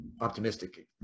optimistic